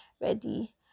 ready